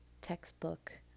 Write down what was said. textbook